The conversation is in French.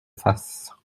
fasse